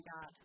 God